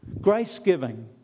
grace-giving